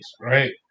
right